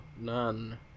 none